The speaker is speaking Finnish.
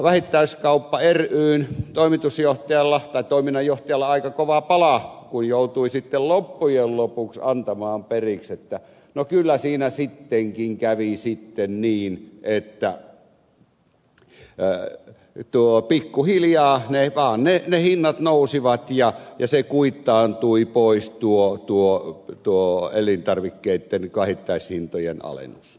oli vähittäiskauppa ryn toiminnanjohtajalla aika kova pala kun joutui sitten loppujen lopuksi antamaan periksi että no kyllä siinä sittenkin kävi niin että pikkuhiljaa vaan ne hinnat nousivat ja kuittaantui pois tuo elintarvikkeitten vähittäishintojen alennus